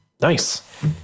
nice